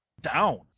down